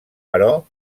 però